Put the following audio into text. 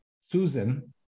Susan